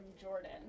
Jordan